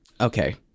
okay